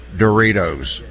Doritos